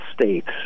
states